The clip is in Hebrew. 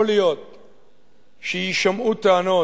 יכול להיות שיישמעו טענות,